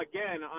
Again